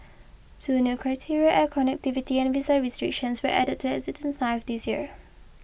two new criteria air connectivity and visa restrictions were added to the existing nine this year